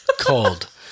cold